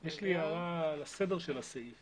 יש לי הערה לסדר של הסעיף